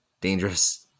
dangerous